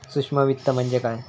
सूक्ष्म वित्त म्हणजे काय?